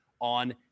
on